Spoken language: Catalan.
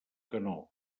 canó